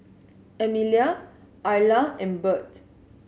Emilia Ayla and Birt